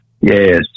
yes